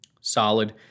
solid